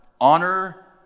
Honor